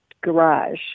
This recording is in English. garage